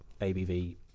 ABV